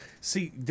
see